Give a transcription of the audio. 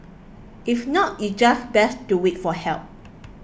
if not it's just best to wait for help